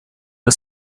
his